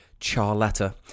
Charletta